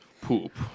poop